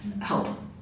help